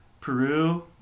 Peru